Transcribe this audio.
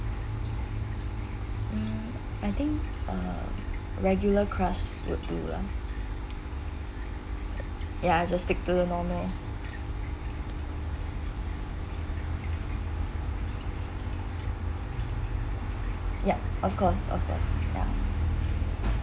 mm I think a regular crust would do lah ya I just stick to the normal yup of course of course ya